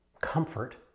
comfort